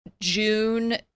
June